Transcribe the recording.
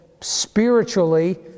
spiritually